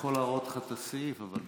אני יכול להראות לך את הסעיף, אבל בסדר.